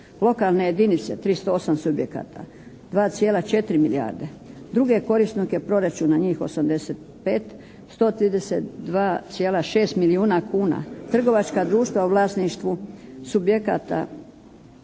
Lokalne jedinice 308 subjekata 2,3 milijarde. Druge korisnike proračuna, njih 85, 132,6 milijuna kuna. Trgovačka društva u vlasništvu subjekata,